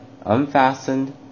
unfastened